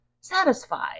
satisfied